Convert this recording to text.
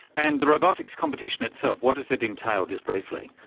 and the robotics competition itself, what does it entail, just briefly?